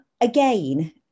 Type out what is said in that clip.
again